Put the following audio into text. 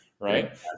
Right